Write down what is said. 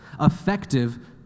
effective